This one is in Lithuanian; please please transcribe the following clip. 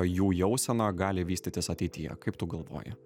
jų jausena gali vystytis ateityje kaip tu galvoji